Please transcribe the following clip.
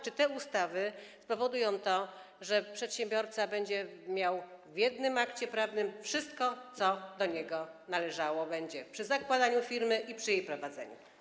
Czy te ustawy spowodują, że przedsiębiorca będzie miał w jednym akcie prawnym wszystko, co będzie do niego należało przy zakładaniu firmy i przy jej prowadzeniu?